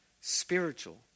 spiritual